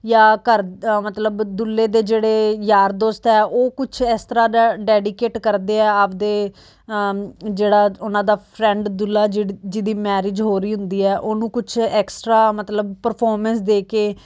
ਜਾਂ ਘਰ ਦਾ ਮਤਲਬ ਦੁੱਲੇ ਦੇ ਜਿਹੜੇ ਯਾਰ ਦੋਸਤ ਹੈ ਉਹ ਕੁਛ ਇਸ ਤਰ੍ਹਾਂ ਦਾ ਡੈਡੀਕੇਟ ਕਰਦੇ ਹੈ ਆਪਦੇ ਜਿਹੜਾ ਉਨ੍ਹਾਂ ਦਾ ਫਰੈਂਡ ਦੁੱਲਾ ਜਿਹੜੀ ਜਿਹਦੀ ਮੈਰਿਜ ਹੋ ਰਹੀ ਹੁੰਦੀ ਹੈ ਉਹਨੂੰ ਕੁਛ ਐਕਸਟਰਾ ਮਤਲਬ ਪ੍ਰਫੋਰਮੈਂਸ ਦੇ ਕੇ